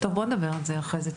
בוא נדבר על זה אחרי זה.